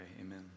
amen